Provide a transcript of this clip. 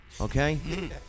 okay